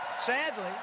sadly